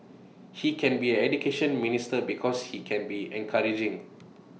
he can be an Education Minister because he can be encouraging